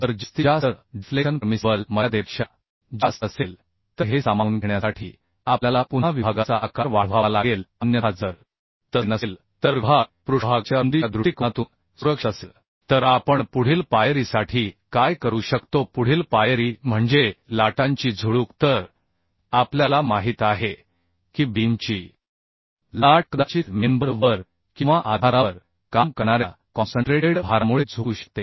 जर जास्तीत जास्त डिफ्लेक्शन पर्मिसिबल मर्यादेपेक्षा जास्त असेल तर हे सामावून घेण्यासाठी आपल्याला पुन्हा विभागाचा आकार वाढवावा लागेल अन्यथा जर तसे नसेल तर विभाग पृष्ठभागाच्या रुंदीच्या दृष्टिकोनातून सुरक्षित असेल तर आपण पुढील पायरीसाठी काय करू शकतो पुढील पायरी म्हणजे लाटांची झुळूक तर आपल्याला माहित आहे की बीमची लाट कदाचित मेंबर वर किंवा आधारावर काम करणाऱ्या कॉन्सन्ट्रेटेड भारामुळे झुकू शकते